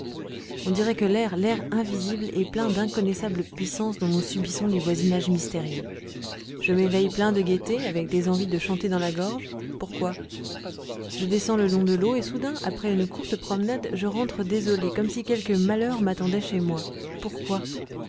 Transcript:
on dirait que l'air l'air invisible est plein d'inconnaissables puissances dont nous subissons les voisinages mystérieux je m'éveille plein de gaîté avec des envies de chanter dans la gorge pourquoi je descends le long de l'eau et soudain après une courte promenade je rentre désolé comme si quelque malheur m'attendait chez moi pourquoi